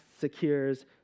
secures